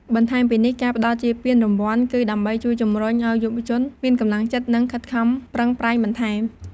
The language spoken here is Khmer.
បន្ថែមពីនេះ ការផ្តល់ជាពានរង្វាន់គឺ ដើម្បីជួយជម្រុញឲ្យយុវជនមានកម្លាំងចិត្ត និងខិតខំប្រឹងប្រែងបន្ថែម។